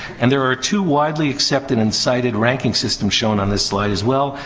and there are two widely accepted and cited ranking systems shown on this slide, as well.